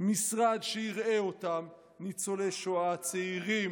משרד שיראה אותן, ניצולי שואה, צעירים,